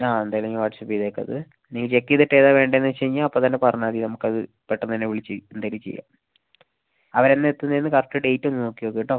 ആ എന്തായാലും ഞാൻ വാട്ട്സ്ആപ്പ് ചെയ്തേക്കാം അത് നീ ചെക്ക് ചെയ്തിട്ട് ഏതാണ് വേണ്ടതെന്ന് വെച്ച് കഴിഞ്ഞാൽ അപ്പം തന്നെ പറഞ്ഞാൽ മതി നമുക്ക് അത് പെട്ടെന്നുതന്നെ വിളിച്ച് എന്തെങ്കിലും ചെയ്യാം അവർ എന്നാണ് എത്തുന്നതെന്ന് കറക്റ്റ് ഡേറ്റ് ഒന്ന് നോക്കി വയ്ക്ക് കേട്ടോ